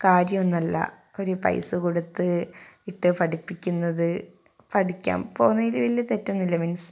കാര്യമൊന്നുമല്ല ഒരു പൈസ കൊടുത്ത് ഇട്ട് പഠിപ്പിക്കുന്നത് പഠിക്കാം പോകുന്നതിൽ വലിയ തെറ്റൊന്നുമില്ല മീൻസ്